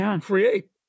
create